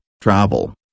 travel